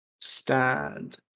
...stand